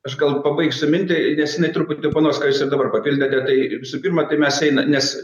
aš gal pabaigsiu mintį nes jinai truputį aponuos ką jūs ir dabar papildėte tai visų pirma tai mes eina nes